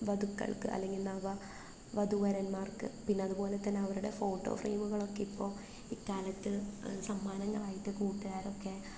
വധുക്കൾക്ക് അല്ലെങ്കിൽ നവ വധൂവരന്മാർക്ക് പിന്നെയതുപോലെത്തന്നെ അവരുടെ ഫോട്ടോ ഫ്രെയിമുകളൊക്കെ ഇപ്പോൾ ഇക്കാലത്ത് സമ്മാനങ്ങളായിട്ട് കൂട്ടുകാരൊക്കെ